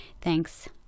Thanks